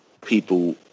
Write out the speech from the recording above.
people